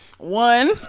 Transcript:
One